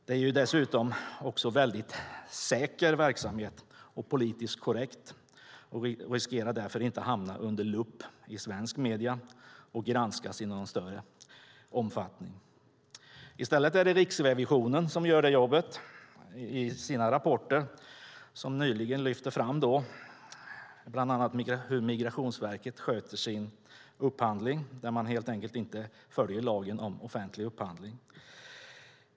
Det är dessutom en säker och politiskt korrekt verksamhet, och den riskerar därför inte att hamna under lupp i svenska medier och granskas i någon större omfattning. I stället är det Riksrevisionen som gör det jobbet i sina rapporter. Nyligen lyfte man bland annat fram att Migrationsverket i sin upphandling inte följer lagen om offentlig upphandling.